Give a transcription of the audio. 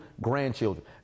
grandchildren